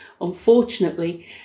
Unfortunately